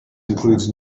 includes